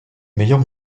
meilleur